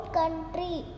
country